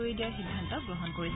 কৰি দিয়াৰ সিদ্ধান্ত গ্ৰহণ কৰিছে